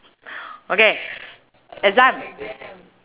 okay it's done